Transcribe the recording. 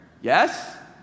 Yes